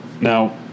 Now